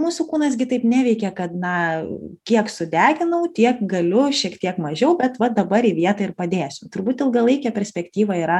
mūsų kūnas gi taip neveikia kad na kiek sudeginau tiek galiu šiek tiek mažiau bet va dabar į vietą ir padėsiu turbūt ilgalaikė perspektyva yra